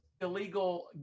illegal